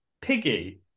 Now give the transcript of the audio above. Piggy